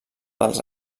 dels